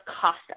cost